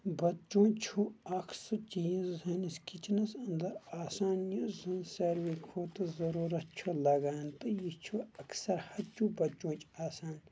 بَتہٕ چونٛچہٕ چھُ اکھ سُہ چیٖز سٲنِس کِچنَس اَنٛدر آسان یُس زَن ساروی کھۄتہٕ ضروٗرَت چھُ لَگان تہٕ یہِ چھُ اَکثر ہَچُو بَتہٕ چونٛچہِ آسان